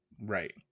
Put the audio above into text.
Right